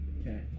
Okay